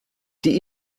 die